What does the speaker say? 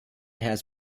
has